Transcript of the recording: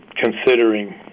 considering